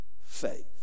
faith